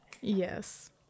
Yes